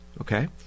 Okay